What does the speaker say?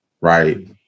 right